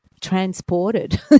Transported